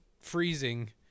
freezing